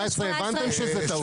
אני לא יודעת 2018 --- הבנתם שזו טעות.